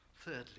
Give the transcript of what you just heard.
thirdly